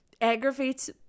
aggravates